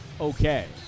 okay